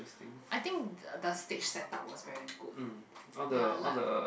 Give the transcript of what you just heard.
I think the stage set up was very good ya like